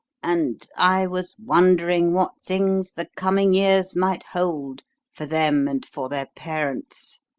and. i was wondering what things the coming years might hold for them and for their parents.